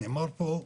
נאמר פה,